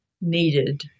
needed